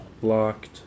blocked